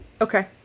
Okay